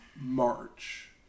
March